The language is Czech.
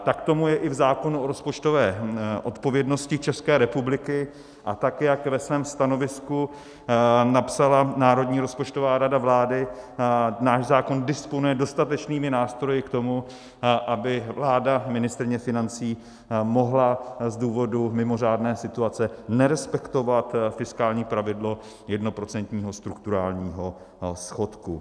Tak tomu je i v zákonu o rozpočtové odpovědnosti České republiky, a tak jak ve svém stanovisku napsala Národní rozpočtová rada vlády, náš zákon disponuje dostatečnými nástroji k tomu, aby vláda a ministryně financí mohly z důvodu mimořádné situace nerespektovat fiskální pravidlo jednoprocentního strukturálního schodku.